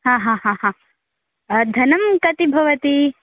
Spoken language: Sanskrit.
हा हा हा ह धनं कति भवति